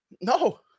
No